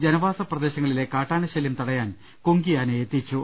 ജനവാസപ്രദേശങ്ങളിലെ കാട്ടാനശല്യം തടയാൻ കുങ്കിയാനയെ എത്തിച്ചു